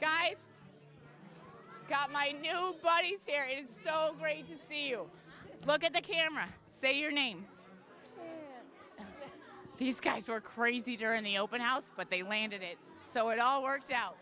guy got my nobody's there is great to see you look at the camera say your name these guys were crazy during the open house but they landed it so it all worked out